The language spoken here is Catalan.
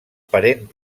parent